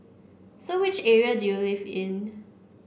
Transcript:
so which area do you live in